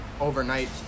overnight